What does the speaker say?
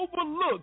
overlooked